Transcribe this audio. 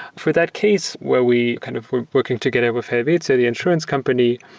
for that case, where we kind of working together with helvetia, the insurance company,